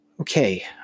Okay